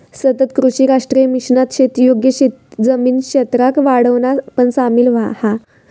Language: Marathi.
सतत कृषी राष्ट्रीय मिशनात शेती योग्य जमीन क्षेत्राक वाढवणा पण सामिल हा